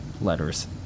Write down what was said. letters